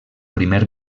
primer